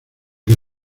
que